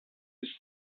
his